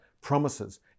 promises